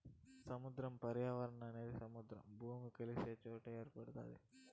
సముద్ర పర్యావరణ వ్యవస్థ అనేది సముద్రము, భూమి కలిసే సొట ఏర్పడుతాది